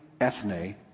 ethne